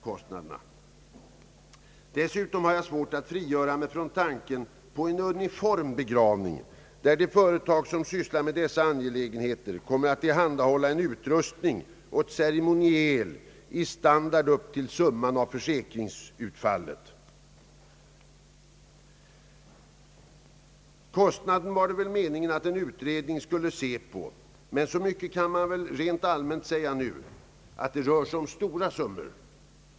Jag har dessutom svårt att frigöra mig från tanken på att en uniform begravning kunde införas, varvid de företag som ägnar sig åt dessa angelägenheter tillhandahåller en utrustning och ett ceremoniel i standard upp till summan av försäkringsutfallet. Kostnaden var det väl meningen att en utredning skulle se på, men så mycket kan man väl rent allmänt säga genast att det rör sig om stora summor.